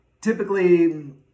Typically